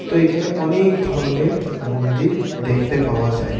তো এইখানে অনেক ধরনের মন্দির দেখতে পাওয়া যায়